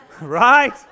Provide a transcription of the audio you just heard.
Right